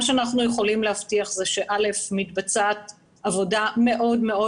מה שאנחנו יכולים להבטיח זה שמתבצעת עבודה מאוד מאוד